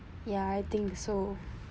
ya I think so